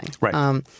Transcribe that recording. Right